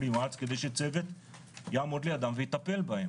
נמרץ כדי שצוות יעמוד לידם ויטפל בהם,